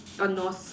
err North